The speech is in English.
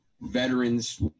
veterans